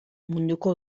munduko